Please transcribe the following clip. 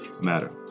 matter